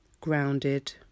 grounded